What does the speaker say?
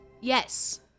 Yes